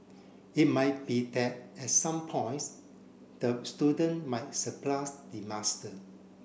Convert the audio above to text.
it might be that at some points the student might surpass the master